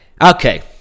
okay